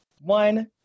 One